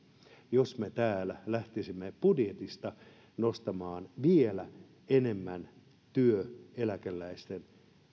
jos me täällä lähtisimme budjetista nostamaan vielä enemmän työeläkeläisten